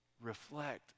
reflect